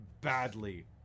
badly